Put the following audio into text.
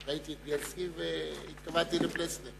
ראיתי את בילסקי והתכוונתי לפלסנר.